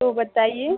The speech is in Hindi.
तो बताइए